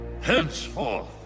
Henceforth